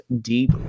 deep